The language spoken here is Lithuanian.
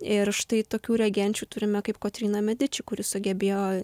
ir štai tokių regenčių turime kaip kotryna mediči kuri sugebėjo